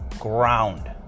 ground